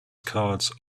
cards